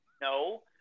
No